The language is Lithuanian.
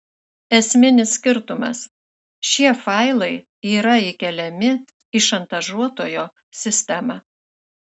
esminis skirtumas šie failai yra įkeliami į šantažuotojo sistemą